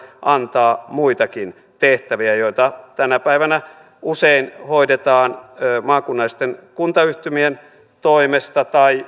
antaa maakuntahallinnolle muitakin tehtäviä joita tänä päivänä usein hoidetaan maakunnallisten kuntayhtymien tai